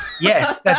Yes